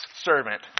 servant